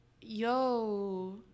Yo